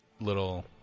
little